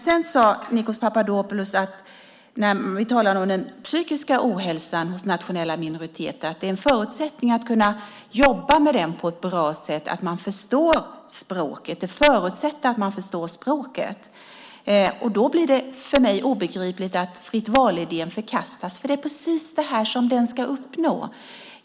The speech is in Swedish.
Sedan sade Nikos Papadopoulos när vi talade om den psykiska ohälsan hos nationella minoriteter att en förutsättning för att kunna jobba med den på ett bra sätt är att man förstår språket. Då blir det för mig obegripligt att fritt val-idén förkastas, för det är precis det här som den ska uppnå.